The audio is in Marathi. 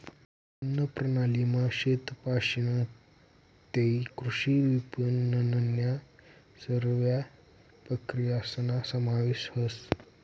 अन्नप्रणालीमा शेतपाशीन तै कृषी विपनननन्या सरव्या प्रक्रियासना समावेश व्हस